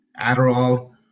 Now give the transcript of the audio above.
Adderall